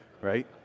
right